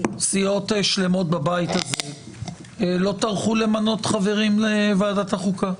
סיעות שלמות בבית הזה לא טרחו למנות חברים לוועדת החוקה.